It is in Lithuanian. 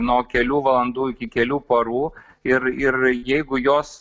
nuo kelių valandų iki kelių parų ir ir jeigu jos